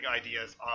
ideas